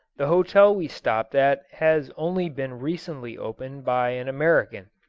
the hotel we stopped at has only been recently opened by an american.